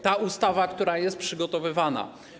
Ta ustawa, która jest przygotowywana.